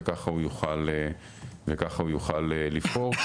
וככה הוא יוכל לבחור.